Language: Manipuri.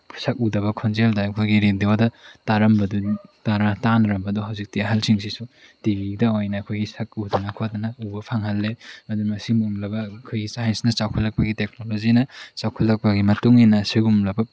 ꯁꯛ ꯎꯗꯕ ꯈꯣꯟꯖꯦꯜꯗ ꯑꯩꯈꯣꯏꯒꯤ ꯔꯦꯗꯤꯑꯣꯗ ꯇꯥꯔꯝꯕꯗꯨ ꯇꯥꯅꯔꯝꯕꯗꯣ ꯍꯧꯖꯤꯛꯇꯤ ꯑꯍꯜꯁꯤꯡꯁꯤꯁꯨ ꯇꯤꯕꯤꯗ ꯑꯣꯏꯅ ꯑꯩꯈꯣꯏꯒꯤ ꯁꯛ ꯎꯗꯅ ꯈꯣꯠꯇꯅ ꯎꯕ ꯐꯪꯍꯜꯂꯦ ꯑꯗꯨꯅ ꯃꯁꯤꯒꯨꯝꯂꯕ ꯑꯩꯈꯣꯏꯒꯤ ꯁ꯭ꯑꯥꯏꯁꯅ ꯆꯥꯎꯈꯠꯂꯛꯄꯒꯤ ꯇꯦꯛꯅꯣꯂꯣꯖꯤꯅ ꯆꯥꯎꯈꯠꯂꯛꯄꯒꯤ ꯃꯇꯨꯡ ꯏꯟꯅ ꯁꯤꯒꯨꯝꯂꯕ